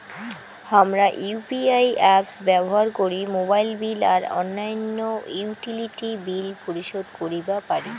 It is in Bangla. হামরা ইউ.পি.আই অ্যাপস ব্যবহার করি মোবাইল বিল আর অইন্যান্য ইউটিলিটি বিল পরিশোধ করিবা পারি